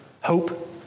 hope